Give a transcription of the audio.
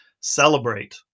celebrate